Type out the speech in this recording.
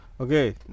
Okay